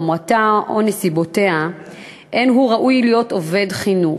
חומרתה או נסיבותיה אין הוא ראוי להית עובד חינוך.